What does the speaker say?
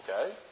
Okay